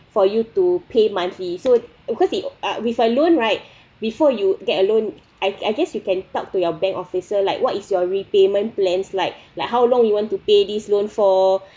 for you to pay monthly so because you uh with a loan right before you get a loan I I guess you can talk to your bank officer like what is your repayment plans like like how long you want to pay these loan for